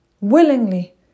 willingly